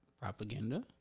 Propaganda